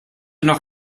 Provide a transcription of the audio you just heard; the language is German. noch